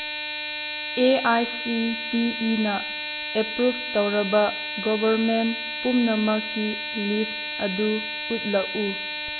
A I C T ꯏꯅ approve ꯇꯧꯔꯕ government ꯄꯨꯝꯅꯃꯛꯀꯤ ꯂꯤꯁ ꯑꯗꯨ ꯎꯠꯂꯛꯎ